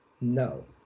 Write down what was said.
no